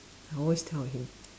I always tell him